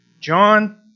John